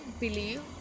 believe